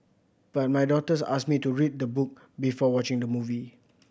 but my daughters asked me to read the book before watching the movie